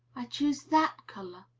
i choose that color.